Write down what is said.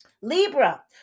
Libra